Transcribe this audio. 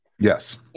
Yes